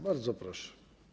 Bardzo proszę.